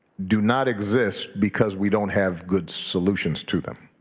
do not exist because we don't have good solutions to them.